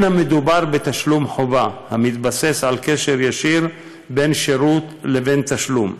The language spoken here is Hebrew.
לא מדובר בתשלום חובה המתבסס על קשר ישיר בין שירות לבין תשלום.